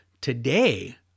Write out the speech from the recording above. Today